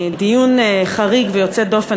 דיון חריג ויוצא דופן,